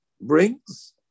brings